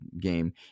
game